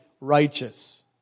righteous